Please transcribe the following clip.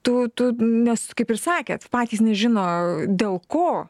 tu tu nes kaip ir sakėt patys nežino dėl ko